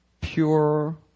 Pure